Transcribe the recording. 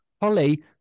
Holly